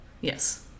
yes